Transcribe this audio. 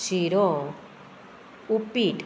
शिरो उपीट